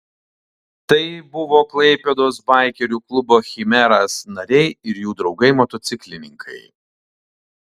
tai buvo klaipėdos baikerių klubo chimeras nariai ir jų draugai motociklininkai